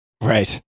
Right